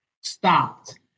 stopped